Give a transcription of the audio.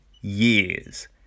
years